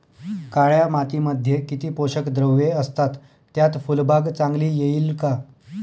काळ्या मातीमध्ये किती पोषक द्रव्ये असतात, त्यात फुलबाग चांगली येईल का?